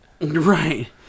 Right